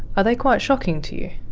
are they quite shocking to you?